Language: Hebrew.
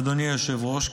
אדוני היושב-ראש,